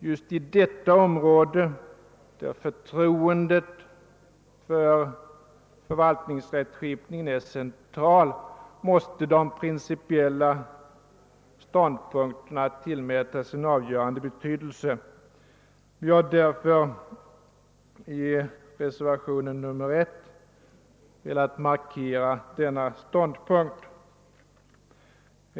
Just på detta område där förtroendet för = förvaltningsrättskipningen är central, måste de principiella ståndpunkterna tillmätas en avgörande betydelse. Vi har i reservationen 1 velat markera denna ståndpunkt.